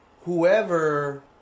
Whoever